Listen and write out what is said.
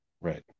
Right